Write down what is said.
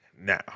Now